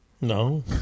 no